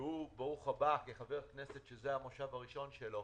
- ברוך הבא כחבר כנסת שזה המושג הראשון שלו